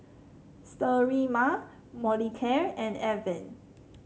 Sterimar Molicare and Avene